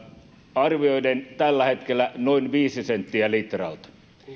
arvioiden tällä hetkellä noin viisi senttiä litralta